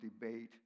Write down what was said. debate